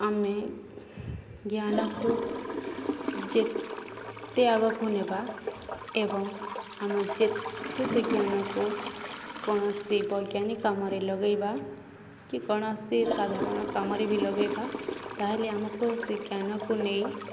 ଆମେ ଜ୍ଞାନକୁ ଯେତେ ଆଗକୁ ନେବା ଏବଂ ଆମେ ଯେତେ ସେ ଜ୍ଞାନକୁ କୌଣସି ବୈଜ୍ଞାନିକ କାମରେ ଲଗେଇବା କି କୌଣସି ସାଧାରଣ କାମରେ ବି ଲଗେଇବା ତାହେଲେ ଆମକୁ ସେ ଜ୍ଞାନକୁ ନେଇ